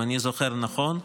אם אני זוכר נכון.